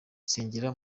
nsengera